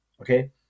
Okay